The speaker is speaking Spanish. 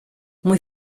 muy